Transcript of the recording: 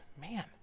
Man